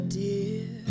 dear